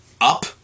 up